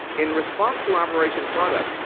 in response to operation product,